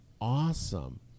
awesome